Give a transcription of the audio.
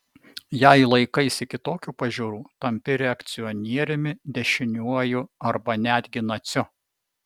jei laikaisi kitokių pažiūrų tampi reakcionieriumi dešiniuoju arba netgi naciu